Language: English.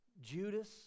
Judas